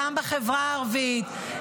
גם בחברה הערבית,